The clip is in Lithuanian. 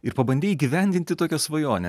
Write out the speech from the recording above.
ir pabandei įgyvendinti tokią svajonę